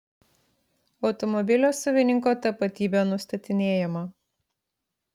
automobilio savininko tapatybė nustatinėjama